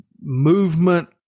movement